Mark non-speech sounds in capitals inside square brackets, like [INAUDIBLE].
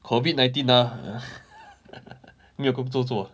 COVID nineteen ah [LAUGHS] 没有工作做